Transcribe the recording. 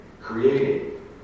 creating